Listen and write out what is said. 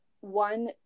one